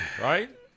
right